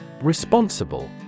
Responsible